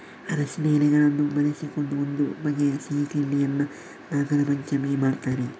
ಅರಸಿನ ಎಲೆಗಳನ್ನು ಬಳಸಿಕೊಂಡು ಒಂದು ಬಗೆಯ ಸಿಹಿ ತಿಂಡಿಯನ್ನ ನಾಗರಪಂಚಮಿಗೆ ಮಾಡ್ತಾರೆ